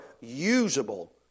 usable